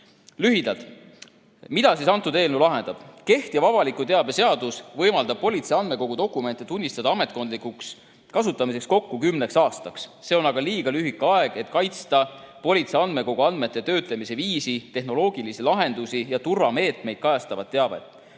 Lühidalt. Mida siis antud eelnõu lahendab? Kehtiv avaliku teabe seadus võimaldab politsei andmekogu dokumente määratleda kui ametkondlikuks kasutamiseks [mõeldud dokumente] kokku kümneks aastaks. See on liiga lühike aeg, et kaitsta politsei andmekogu andmete töötlemise viisi, tehnoloogilisi lahendusi ja turvameetmeid kajastavat teavet.